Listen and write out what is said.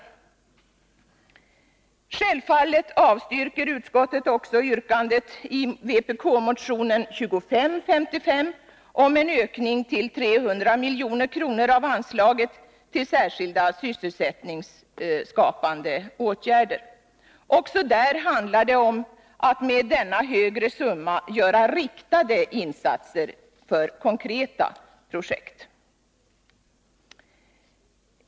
Självfallet avstyrker utskottet också yrkandet i vpk-motionen 2555 om en ökning till 300 milj.kr. av anslaget till särskilda sysselsättningsskapande åtgärder. Också där handlar det om att med denna högre summa göra riktade insatser för konkreta projekt.